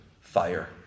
fire